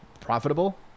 profitable